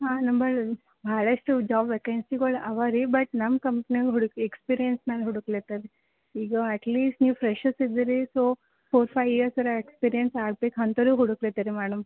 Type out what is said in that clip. ಹಾಂ ನಂಬಲ್ಲಿ ಭಾಳಷ್ಟು ಜಾಬ್ ವೇಕೆನ್ಸಿಗಳ್ ಅವೆ ರೀ ಬಟ್ ನಮ್ಮ ಕಂಪ್ನ್ಯಾಗ ಹುಡ್ಕ್ ಎಕ್ಸ್ಪೀರಿಯನ್ಸಾಗ ಹುಡುಕ್ಲತ್ತಾರ ಈಗ ಅಟ್ ಲೀಸ್ಟ್ ನೀವು ಫ್ರೆಶರ್ಸ್ ಇದ್ದೀರಿ ಸೋ ಫೋರ್ ಫೈ ಇಯರ್ಸ್ ಅರ ಎಕ್ಸ್ಪೀರಿಯನ್ಸ್ ಆಗ್ಬೇಕು ಅಂತೋರಿಗ್ ಹುಡುಕ್ಲತ್ತರಿ ಮ್ಯಾಡಮ್